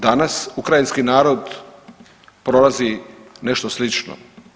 Danas ukrajinski narod prolazi nešto slično.